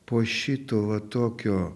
po šito va tokio